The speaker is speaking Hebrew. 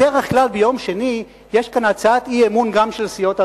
בדרך כלל ביום שני יש כאן הצעת אי-אמון גם של סיעות ערביות.